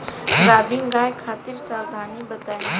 गाभिन गाय खातिर सावधानी बताई?